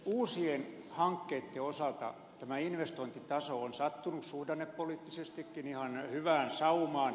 uusien hankkeitten osalta tämä investointitaso on sattunut suhdannepoliittisestikin ihan hyvään saumaan